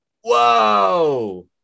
Whoa